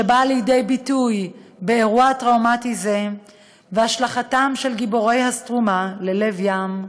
שבאה לידי ביטוי באירוע טראומטי זה בהשלכתם של גיבורי "סטרומה" ללב ים,